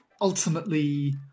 ultimately